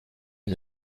une